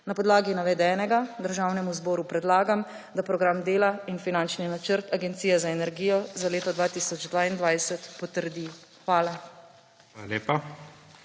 Na podlagi navedenega Državnemu zboru predlagam, da Program dela in finančno načrt Agencije za energijo za leto 2022 potrdi. Hvala.